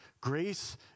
grace